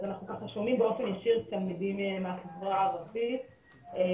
אז אנחנו ככה שומעים באופן ישיר תלמידים מהחברה הערבית והנתונים